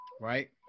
right